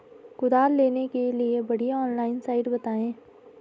कुदाल लेने के लिए बढ़िया ऑनलाइन साइट बतायें?